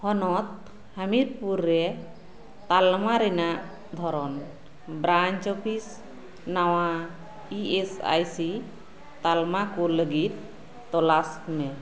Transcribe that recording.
ᱦᱚᱱᱚᱛ ᱦᱟ ᱢᱤᱫᱯᱩᱨ ᱨᱮ ᱛᱟᱞᱢᱟ ᱨᱮᱱᱟᱜ ᱫᱷᱚᱨᱚᱱ ᱵᱨᱟᱱᱪ ᱚᱯᱷᱤᱥ ᱱᱟᱣᱟ ᱤ ᱮᱥ ᱟᱭᱤ ᱥᱤ ᱛᱟᱞᱢᱟ ᱠᱚ ᱞᱟ ᱜᱤᱫ ᱛᱚᱞᱟᱥ ᱢᱮ